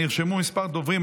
נרשמו כמה דוברים.